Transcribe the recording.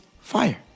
fire